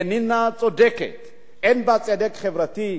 איננה צודקת, אין בה צדק חברתי.